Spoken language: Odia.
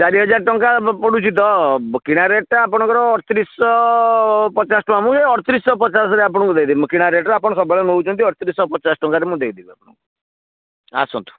ଚାରି ହଜାର ଟଙ୍କା ପଡ଼ୁଛି ତ କିଣା ରେଟ୍ଟା ଆପଣଙ୍କର ଅଠତିରିଶହ ପଚାଶ ଟଙ୍କା ମୁଁ ସେଇ ଅଠତିରିଶହ ପଚାଶରେ ଆପଣଙ୍କୁ ଦେଇଦେବି କିଣା ରେଟ୍ରେ ଆପଣ ସବୁବେଳେ ନେଉଛନ୍ତି ଅଠତିରିଶହ ପଚାଶ ଟଙ୍କାରେ ମୁଁ ଦେଇଦେବି ଆପଣଙ୍କୁ ଆସନ୍ତୁ